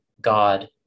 god